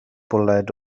bwled